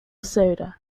soda